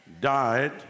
died